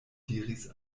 diris